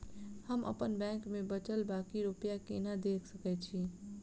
हम अप्पन बैंक मे बचल बाकी रुपया केना देख सकय छी?